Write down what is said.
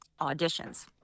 auditions